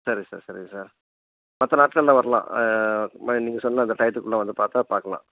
சரி சார் சரிங்க சார் மற்ற நாட்களில் வரலாம் இது மாதிரி நீங்கள் சொன்ன அந்த டயத்துக்குள்ள வந்து பார்த்தா பார்க்கலாம்